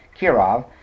kirov